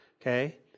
okay